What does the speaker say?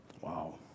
Wow